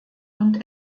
und